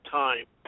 time